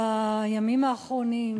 בימים האחרונים,